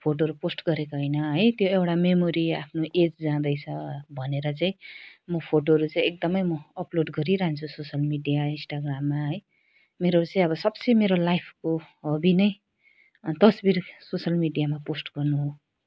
फोटोहरू पोस्ट गरेको होइन है त्यो एउटा मेमोरी आफ्नो एज जाँदैछ भनेर चाहिँ म फोटोहरू चाहिँ एकदमै म अपलोड गरिरहन्छु सोसल मिडिया इन्स्टाग्राममा है मेरो चाहिँ अब सबसे मेरो लाइफको हबी नै तस्बिर सोसल मिडियामा पोस्ट गर्नु हो